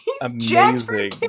amazing